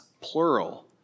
plural